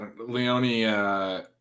Leone